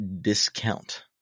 discount